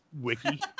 wiki